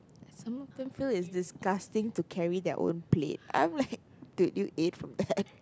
some of them feel it's disgusting to carry their own plate I'm like dude you ate from that